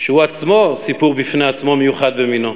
שהוא עצמו סיפור בפני עצמו, מיוחד במינו.